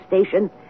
station